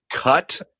Cut